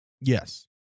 Yes